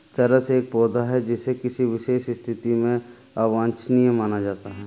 चरस एक पौधा है जिसे किसी विशेष स्थिति में अवांछनीय माना जाता है